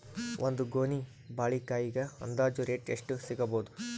ಒಂದ್ ಗೊನಿ ಬಾಳೆಕಾಯಿಗ ಅಂದಾಜ ರೇಟ್ ಎಷ್ಟು ಸಿಗಬೋದ?